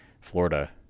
Florida